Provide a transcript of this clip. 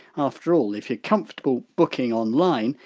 afterall, if you're comfortable booking online,